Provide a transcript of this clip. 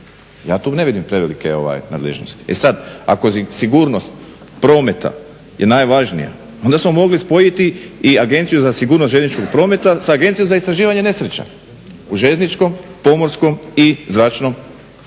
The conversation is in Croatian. Ja tu ne vidim prevelike nadležnosti. E sad, ako sigurnost prometa je najvažnija onda smo mogli spojiti i Agenciju za sigurnost željezničkog prometa sa Agencijom za istraživanje nesreća u željezničkom, pomorskom i zračnom prometu.